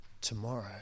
tomorrow